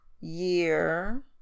year